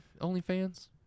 OnlyFans